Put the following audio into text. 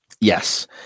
Yes